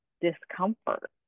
discomfort